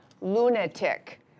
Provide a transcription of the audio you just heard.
lunatic